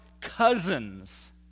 cousins